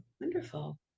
wonderful